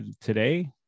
today